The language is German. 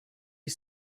ist